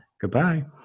Goodbye